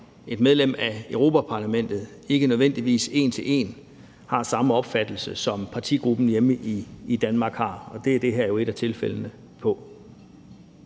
et medlem af Europa-Parlamentet ikke nødvendigvis en til en har samme opfattelse som partigruppen hjemme i Danmark. Det her er et af tilfældene.